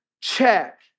check